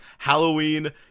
Halloween